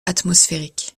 atmosphérique